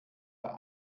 der